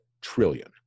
trillion